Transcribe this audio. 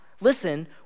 listen